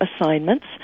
assignments